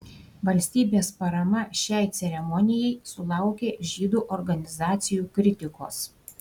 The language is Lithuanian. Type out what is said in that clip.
valstybės parama šiai ceremonijai sulaukė žydų organizacijų kritikos